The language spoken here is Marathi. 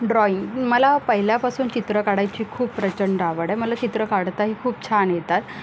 ड्रॉईंग मला पहिल्यापासून चित्र काढायची खूप प्रचंड आवड आहे मला चित्रं काढताही खूप छान येतात